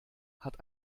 hat